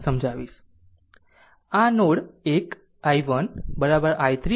આમ node 1 i1 i3 ix છે